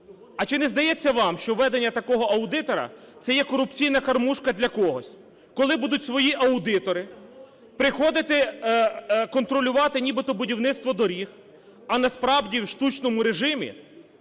А чи не здається вам, що введення такого аудитора – це є корупційна кормушка для когось? Коли будуть свої аудитори, приходити контролювати нібито будівництво доріг, а насправді в штучному режимі